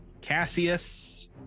Cassius